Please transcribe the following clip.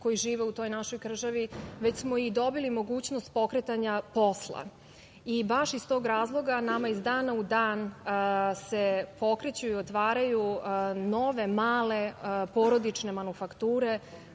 koji žive u toj našoj državi, već smo i dobili mogućnost pokretanja posla. Baš iz tog razloga nama iz dana u dan se pokreću i otvaraju nove male porodične manufakture